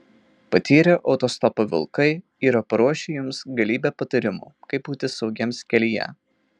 patyrę autostopo vilkai yra paruošę jums galybę patarimų kaip būti saugiems kelyje